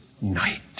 night